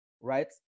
right